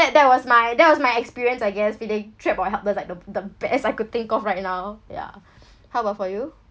that that was my that was my experience I guess feeling trap or helpless like the the best I could think of right now yeah how about for you